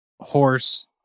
Horse